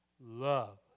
love